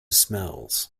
smells